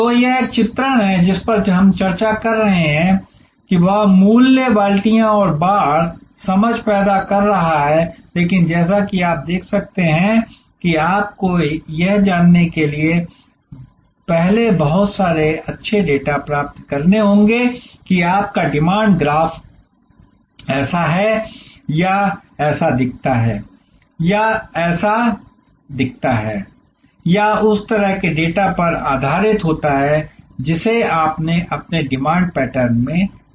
तो यह एक चित्रण है जिस पर हम चर्चा कर रहे हैं वह मूल्य बाल्टियाँ और बाड़ समझ पैदा कर रहा है लेकिन जैसा कि आप देख सकते हैं कि आपको यह जानने के लिए पहले बहुत सारे अच्छे डेटा प्राप्त करने होंगे कि आपका डिमांड ग्राफ ऐसा है या ऐसा दिखता है या ऐसा दिखता है यह उस तरह के डेटा पर आधारित होता है जिसे आपने अपने डिमांड पैटर्न में देखा है